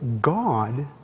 God